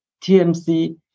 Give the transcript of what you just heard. TMC